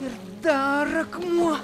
ir dar akmuo